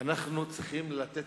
אנחנו צריכים לתת